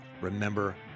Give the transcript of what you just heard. remember